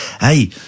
Hey